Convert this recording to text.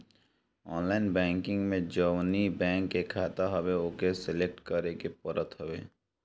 online banking में जवनी bank के खाता हवे ओके सलेक्ट करे के पड़त हवे